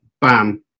Bam